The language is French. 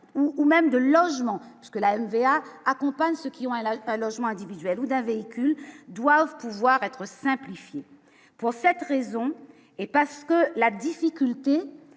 ou même de logements : ce que la N-VA accompagne ceux qui ont alors un homme, je m'en individuel ou d'un véhicule doivent pouvoir être simplifiées pour cette raison et parce que la difficulté